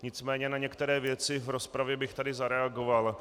Nicméně na některé věci v rozpravě bych tady zareagoval.